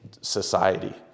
society